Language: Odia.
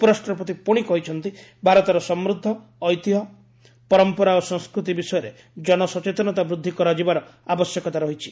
ଉପରାଷ୍ଟ୍ରପତି ପୁଣି କହିଛନ୍ତି ଭାରତର ସମୃଦ୍ଧ ଐତିହ୍ୟ ପରମ୍ପରା ଓ ସଂସ୍କୃତି ବିଷୟରେ ଜନସଚେତନତା ବୃଦ୍ଧି କରାଯିବାର ଆବଶ୍ୟକତା ରହିଛି